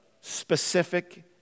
specific